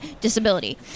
disability